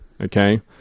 okay